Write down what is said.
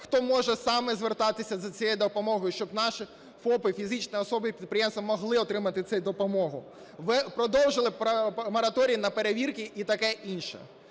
хто може саме звертатися за цією допомогою, щоб наші ФОПи - фізичні особи-підприємці - могли отримати цю допомогу, продовжили мораторій на перевірки і таке інше.